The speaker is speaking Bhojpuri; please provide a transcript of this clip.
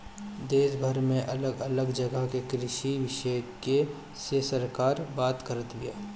देशभर में अलग अलग जगह के कृषि विशेषग्य से सरकार बात करत बिया